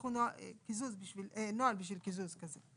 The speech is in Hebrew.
תצטרכו נוהל בשביל קיזוז כזה.